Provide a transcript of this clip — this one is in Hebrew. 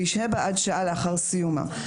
וישהה בה עד שעה לאחר סיומם.